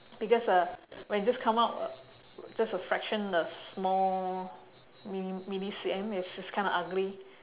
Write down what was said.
because uh when you just come out just a fraction of small mil~ milli C_M it is kind of ugly